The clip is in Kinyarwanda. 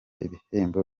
ibihembo